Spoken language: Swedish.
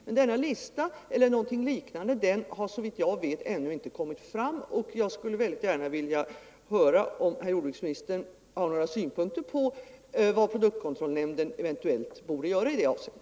Såvitt jag vet har emellertid inte den listan eller något liknande ännu kommit fram, och därför vill jag nu höra om jordbruksministern har några synpunkter på vad produktkontrollnämnden eventuellt borde göra i det avseendet.